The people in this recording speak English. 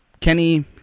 Kenny